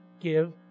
give